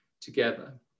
together